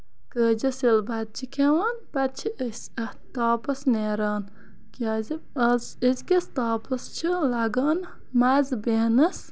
کٲجِس ییٚلہِ بَتہٕ چھِ کھٮ۪وان پَتہٕ چھِ أسۍ اَتھ تاپَس نیران کیازِ آز أزکِس تاپَس چھِ لَگان مَزٕ بیہنَس